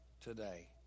today